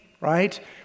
right